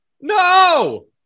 No